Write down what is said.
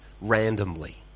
randomly